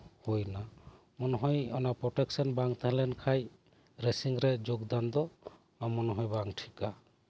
ᱢᱚᱱᱮᱦᱚᱭ ᱚᱱᱟ ᱯᱨᱳᱴᱮᱠᱥᱚᱱ ᱵᱟᱝ ᱛᱮᱦᱮᱸᱞᱮᱱ ᱠᱷᱟᱡ ᱨᱮᱥᱤᱝ ᱨᱮ ᱥᱮᱞᱮᱫᱚᱜ ᱫᱚ ᱡᱟᱹᱱᱤᱪ ᱠᱷᱟᱱ ᱵᱟᱝ ᱴᱷᱤᱠᱟ